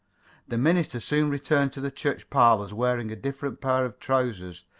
the minister soon returned to the church parlors, wearing a different pair of trousers,